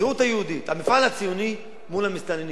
הזהות היהודית, המפעל הציוני, מול המסתננים.